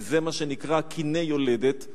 כי זה מה שנקרא "קני יולדת",